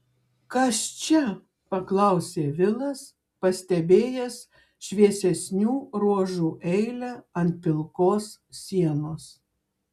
kas čia paklausė vilas pastebėjęs šviesesnių ruožų eilę ant pilkos sienos